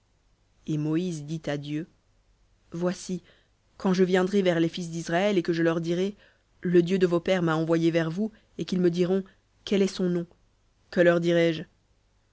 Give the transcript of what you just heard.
et moïse dit à dieu voici quand je viendrai vers les fils d'israël et que je leur dirai le dieu de vos pères m'a envoyé vers vous et qu'ils me diront quel est son nom que leur dirai-je